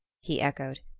he echoed,